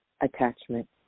attachment